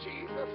Jesus